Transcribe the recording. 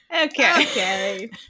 Okay